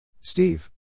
Steve